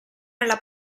nella